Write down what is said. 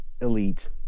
Elite